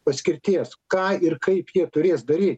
paskirties ką ir kaip jie turės daryt